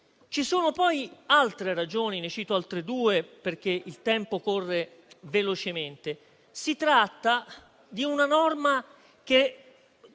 Ci sono poi altre ragioni e ne cito due, perché il tempo corre velocemente. Si tratta di una norma che